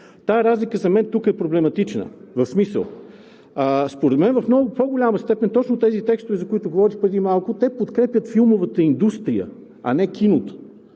Тази разлика за мен тук е проблематична. Според мен в много по-голяма степен точно тези текстове, за които говорих преди малко, подкрепят филмовата индустрия, а не киното,